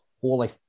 holy